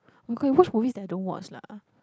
you can watch movies that I don't watch lah